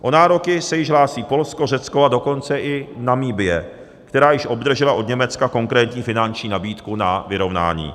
O nároky se již hlásí Polsko, Řecko, a dokonce i Namibie, která již obdržela od Německa konkrétní finanční nabídku na vyrovnání.